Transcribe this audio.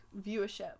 viewership